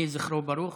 יהי זכרו ברוך.